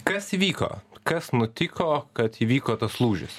kas įvyko kas nutiko kad įvyko tas lūžis